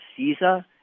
CISA